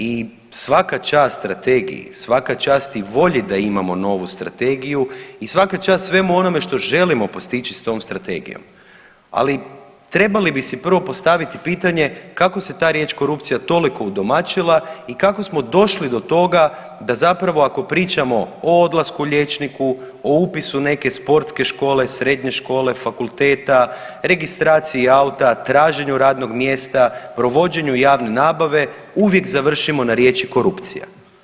I svaka čast strategiji, svaka čast i volji da imamo novu strategiju i svaka čast svemu onome što želimo postići s tom strategijom, ali trebali bi si prvo postaviti pitanje kako se ta riječ korupcija toliko udomaćila i kako smo došli do toga da zapravo ako pričamo o odlasku liječniku, o upisu neke sportske škole, srednje škole, fakulteta, registracije auta, traženju radnog mjesta, provođenju javne nabave uvijek završimo na riječi korupcija.